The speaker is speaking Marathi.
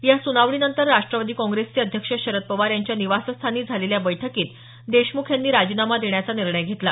या सुनावणीनंतर राष्ट्रवादी काँग्रेसचे अध्यक्ष शरद पवार यांच्या निवासस्थानी झालेल्या बैठकीत देशमुख यांनी राजीनामा देण्याचा निर्णय घेतला